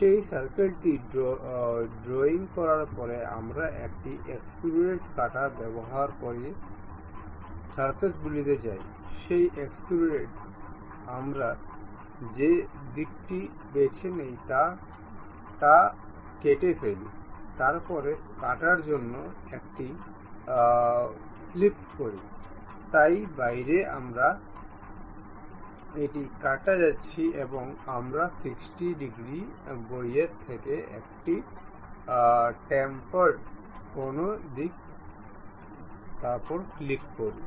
সেই সার্কেলটি ড্রয়িং করার পরে আমরা একটি এক্সট্রুড কাটা ব্যবহার করে ফিচার্সগুলিতে যাই সেই এক্সট্রুডে আমরা যে দিকটি বেছে নিই তা কেটে ফেলি তারপরে কাটার জন্য দিকটি ফ্লিপ করি তাই বাইরে আমরা কাটা যাচ্ছি এবং আমরা 60 ডিগ্রী বাইরের দিকে একটি টেপারড কোণ দিই তারপরে ক্লিক করুন